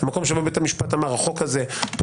זה מקום שבו בית המשפט אמר: החוק הזה פוגע